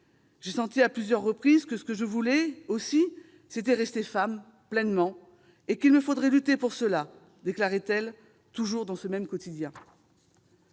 j'ai senti à plusieurs reprises que ce que je voulais, aussi, c'était rester femme, pleinement, et qu'il me faudrait lutter pour cela. »: voilà ce qu'elle déclarait dans le même quotidien